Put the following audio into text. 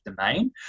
domain